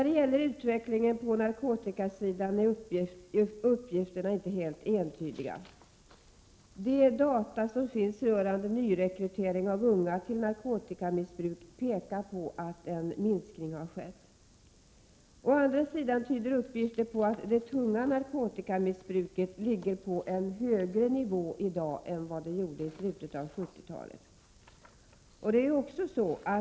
Beträffande utvecklingen på narkotikasidan är uppgifterna inte helt entydiga. De data som finns rörande nyrekrytering av unga till narkotikamissbruk pekar på att en minskning har skett. Å andra sidan tyder uppgifter på att det tunga narkotikamissbruket ligger på en högre nivå i dag än i slutet av 70-talet.